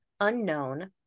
unknown